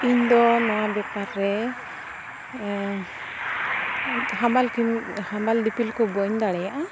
ᱤᱧ ᱫᱚ ᱱᱚᱣᱟ ᱵᱮᱯᱟᱨ ᱨᱮ ᱦᱟᱢᱟᱞ ᱠᱟᱹᱢᱤ ᱦᱟᱢᱟᱞ ᱫᱤᱯᱤᱞ ᱠᱚ ᱵᱟᱹᱧ ᱫᱟᱲᱮᱭᱟᱜᱼᱟ